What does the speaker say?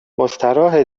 مستراحه